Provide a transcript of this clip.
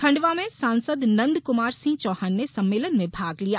खंडवा में सांसद नंद कुमार सिंह चौहान ने सम्मेलन में भाग लिया